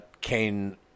Kane